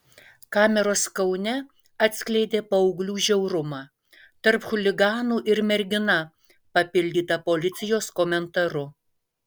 kameros kaune atskleidė paauglių žiaurumą tarp chuliganų ir mergina papildyta policijos komentaru